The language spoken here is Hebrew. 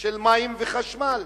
של מים וחשמל.